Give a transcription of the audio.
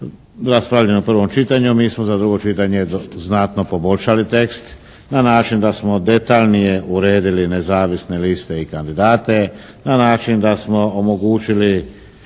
Raspravljen u prvom čitanju, mi smo za drugo čitanje znatno poboljšali tekst na način da smo detaljnije uredili nezavisne liste i kandidate, na način da smo omogućili